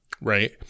Right